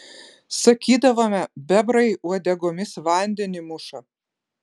sakydavome bebrai uodegomis vandenį muša